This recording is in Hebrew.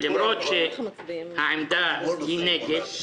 למרות שעמדת הנשיאות היא נגד,